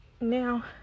Now